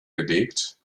belegt